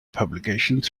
publications